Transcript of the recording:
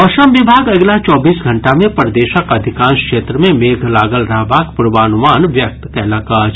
मौसम विभाग अगिला चौबीस घंटा मे प्रदेशक अधिकांश क्षेत्र मे मेघ लागल रहबाक पूर्वानुमान व्यक्त कयलक अछि